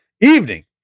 Evening